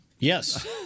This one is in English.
Yes